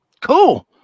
Cool